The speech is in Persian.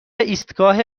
ایستگاه